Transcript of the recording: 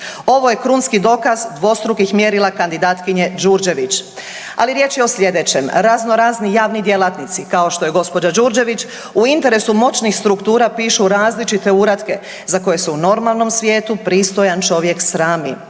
Ovo je krunski dokaz dvostrukih mjerila kandidatkinje Đurđević, ali riječ je o sljedećem, razno razni javni djelatnici, kao što je gđa. Đurđević, u interesu moćnih struktura pišu različite uratke, za koje se u normalnom svijetu pristojan čovjek srami.